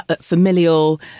familial